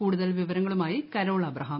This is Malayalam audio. കൂടുതൽ വിവരങ്ങളുമായ്ട്രി ക്രോൾ അബ്രഹാം